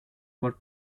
por